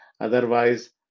Otherwise